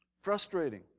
frustrating